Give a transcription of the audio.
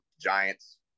Giants